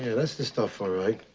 yeah, that's the stuff, all right.